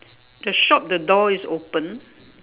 the shop the door is open